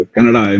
Canada